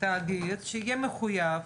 שיהיה מחויב,